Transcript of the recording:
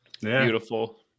Beautiful